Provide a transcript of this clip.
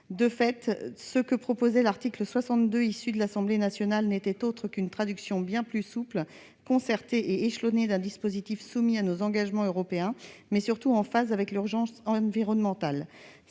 De fait, ce qui était proposé à l'article 62 issu de l'Assemblée nationale n'était autre qu'une traduction bien plus souple, concertée et échelonnée d'un dispositif conforme à nos engagements européens et, surtout, en phase avec l'urgence environnementale.